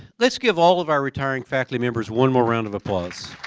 let's give all of our retiring faculty members one more round of applause.